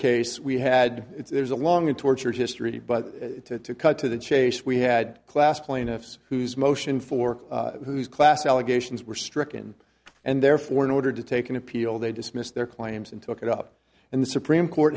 case we had it's there's a long and tortured history but to cut to the chase we had class plaintiffs whose motion for whose class allegations were stricken and therefore in order to take an appeal they dismissed their claims and took it up and the supreme court